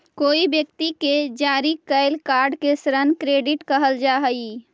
कोई व्यक्ति के जारी कैल कार्ड के ऋण क्रेडिट कहल जा हई